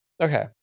okay